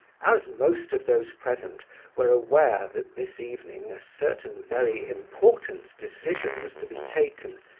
as most of those present were aware that this evening a certain very important decision was to be taken,